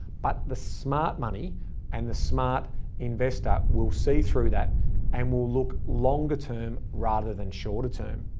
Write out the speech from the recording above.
but the smart money and the smart investor will see through that and we'll look longer term rather than shorter term.